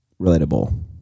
relatable